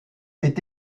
est